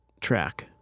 track